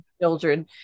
children